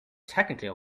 technically